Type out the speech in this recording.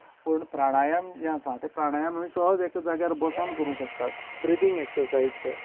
पूण प्राणायम जे आसा ते प्राणायम सहज एका जाग्यार बसून करपाक शकता ब्रिदींग एक्सर्सायज ते